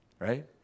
Right